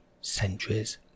centuries